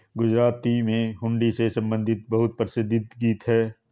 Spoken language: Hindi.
गुजराती में हुंडी से संबंधित एक बहुत प्रसिद्ध गीत हैं